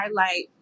highlight